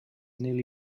nearly